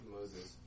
Moses